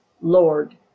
Lord